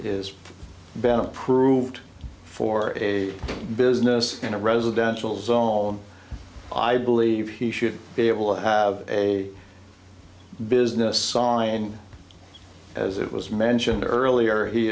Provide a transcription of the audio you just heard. been approved for a business in a residential zone i believe he should be able to have a business sign as it was mentioned earlier he